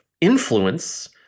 influence